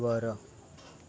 व